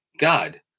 God